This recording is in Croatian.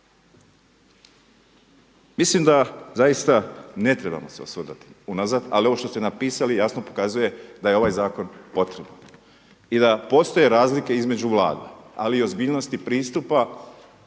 Mislim da zaista ne trebamo osvrtati unazad ali ovo što ste napisali jasno pokazuje da je ovaj zakon potreban i da postoje razlike između vlada, ali i ozbiljnosti pristupa